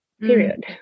period